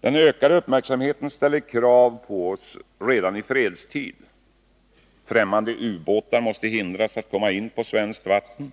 Den ökade uppmärksamheten ställer krav på oss redan i fredstid. Främmande ubåtar måste hindras att komma in på svenskt vatten.